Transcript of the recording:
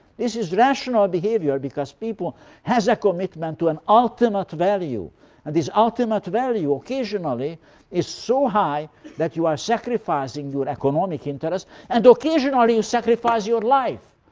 this is rational behavior because people has a commitment to an ultimate value, and this ultimate value occasionally is so high that you are sacrificing your economic interests and occasionally you sacrifice your life.